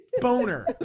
Boner